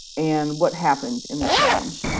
and what happened in the challenge.